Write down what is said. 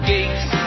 Gates